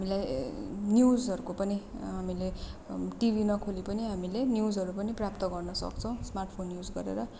हामीलाई न्युजहरूको पनि हामीले टिभी नखोली पनि हामीले न्युजहरू पनि प्राप्त गर्न सक्छौँ स्मार्ट फोन युज गरेर